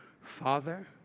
Father